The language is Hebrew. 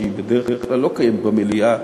שבדרך כלל לא קיימת במליאה,